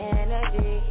energy